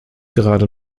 gerade